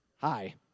Hi